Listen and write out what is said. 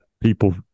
people